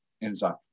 inside